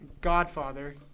Godfather